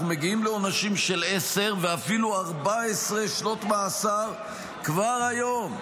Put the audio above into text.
מגיעים לעונשים של עשר ואפילו 14 שנות מאסר כבר היום,